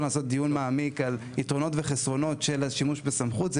לעשות דיון מעמיק של יתרונות וחסרונות של השימוש בסמכות,